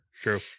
True